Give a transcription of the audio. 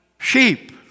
sheep